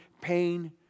pain